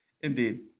Indeed